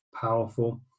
powerful